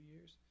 years